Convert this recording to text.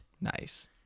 Nice